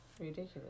ridiculous